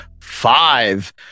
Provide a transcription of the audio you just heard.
five